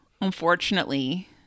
unfortunately